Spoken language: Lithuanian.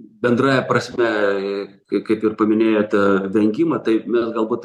bendrąja prasme kaip ir paminėjote vengimą tai mes galbūt